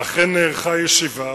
אכן נערכה ישיבה